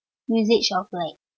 usage of like